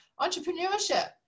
Entrepreneurship